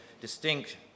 distinct